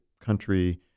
country